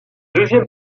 deuxième